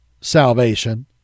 salvation